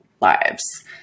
lives